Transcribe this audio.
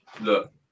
Look